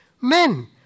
men